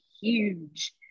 huge